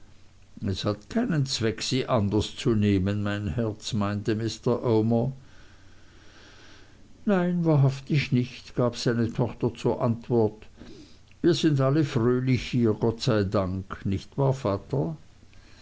es hat keinen zweck sie anders zu nehmen mein herz meinte mr omer nein wahrhaftig nicht gab seine tochter zur antwort wir sind alle fröhlich hier gott sei dank nicht wahr vater